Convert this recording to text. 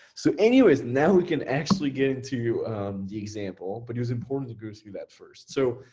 so anyways, now we can actually get into the example, but it was important to go through that first. so